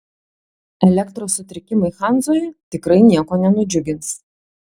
elektros sutrikimai hanzoje tikrai nieko nenudžiugins